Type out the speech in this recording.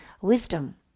wisdom